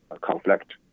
conflict